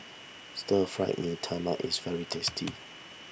Stir Fried Mee Tai Mak is very tasty